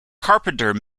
carpenter